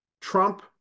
Trump